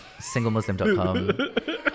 singlemuslim.com